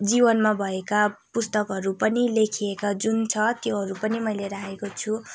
जीवनमा भएका पुस्तकहरू पनि लेखिएका जुन छ त्योहरू पनि मैले राखेको छु